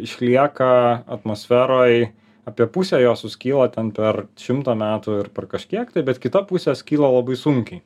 išlieka atmosferoj apie pusę jo suskyla ten per šimtą metų ir per kažkiek tai bet kita pusės skyla sunkiai